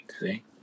See